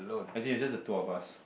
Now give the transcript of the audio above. as in it's just the two of us